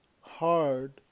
hard